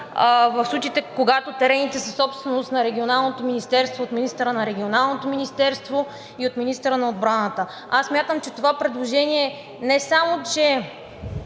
в случаите, когато терените са собственост на Регионалното министерство – от министъра на Регионалното министерство и от министъра на отбраната. Смятам, че това предложение не само не